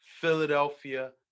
Philadelphia